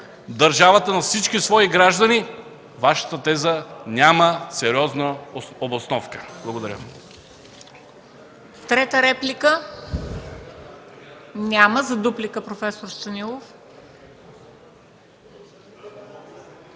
държавата на всички свои граждани Вашата теза няма сериозна обосновка. Благодаря.